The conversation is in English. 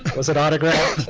was it autographed?